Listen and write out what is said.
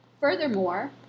Furthermore